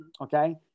okay